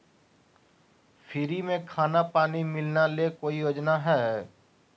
Free में खाना पानी मिलना ले कोइ योजना हय?